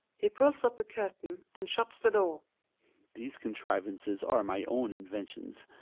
he pulls up the curtain and shuts the doors. these contrivances are my own inventions.